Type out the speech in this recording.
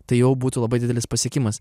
tai jau būtų labai didelis pasiekimas